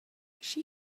she